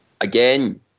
Again